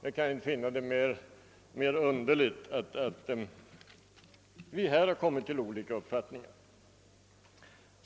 Jag kan inte finna det mera underligt att vi har kommit till skilda uppfattningar.